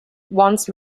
once